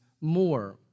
more